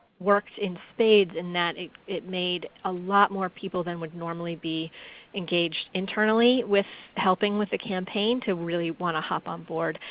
worked in spades in that it it made a lot more people than would normally be engaged internally with helping with the campaign, to really want to hop on board.